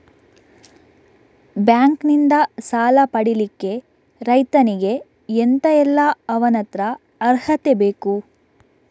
Bank ನಿಂದ ಸಾಲ ಪಡಿಲಿಕ್ಕೆ ರೈತನಿಗೆ ಎಂತ ಎಲ್ಲಾ ಅವನತ್ರ ಅರ್ಹತೆ ಬೇಕು?